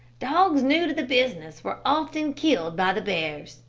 dogs new to the business were often killed by the bears.